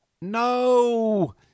no